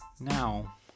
Now